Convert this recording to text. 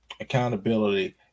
accountability